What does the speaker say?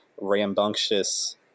Rambunctious